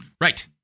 right